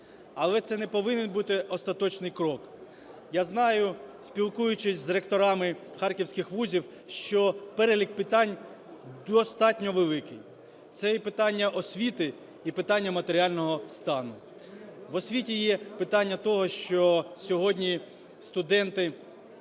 Але це не повинен бути остаточний крок. Я знаю, спілкуючись з ректорами харківських вузів, що перелік питань достатньо великий – це і питання освіти, і питання матеріального стану. В освіті є питання того, що сьогодні студенти